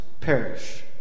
perish